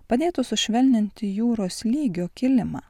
padėtų sušvelninti jūros lygio kilimą